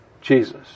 Jesus